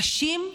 נשים,